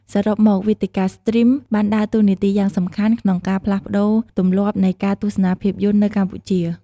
សរុបមក វេទិកាស្ទ្រីមបានដើរតួនាទីយ៉ាងសំខាន់ក្នុងការផ្លាស់ប្ដូរទម្លាប់នៃការទស្សនាភាពយន្តនៅកម្ពុជា។